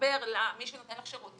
להתחבר למי שנותן לך שרות,